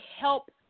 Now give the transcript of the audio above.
help